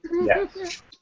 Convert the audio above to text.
Yes